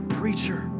preacher